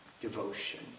devotion